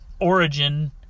origin